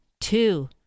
two